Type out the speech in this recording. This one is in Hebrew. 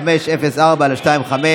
תן לו, תאפשר לו להשלים את הדברים.